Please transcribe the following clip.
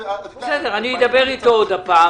בסדר, אני אדבר אתו שוב.